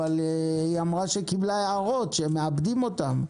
אבל היא אמרה שהיא קיבלה הערות שמעבדים אותן.